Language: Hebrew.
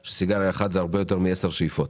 שסיגריה אחת זה הרבה יותר מעשר שאיפות.